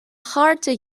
chairde